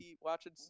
watching